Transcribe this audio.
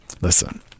Listen